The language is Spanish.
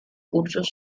cursos